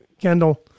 Kendall